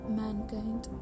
mankind